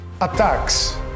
attacks